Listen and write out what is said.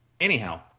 anyhow